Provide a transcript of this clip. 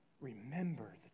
Remember